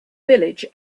village